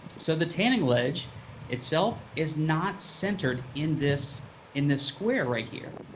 so the tanning ledge itself is not centered in this in this square right here.